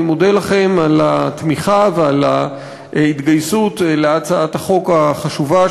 אני מודה לכם על התמיכה ועל ההתגייסות להצעת החוק החשובה,